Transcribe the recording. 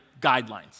guidelines